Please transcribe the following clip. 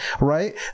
right